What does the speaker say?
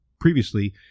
previously